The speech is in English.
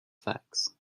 facts